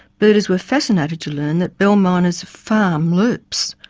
birders were fascinated to learn that bell miners farm lerps,